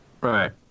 Right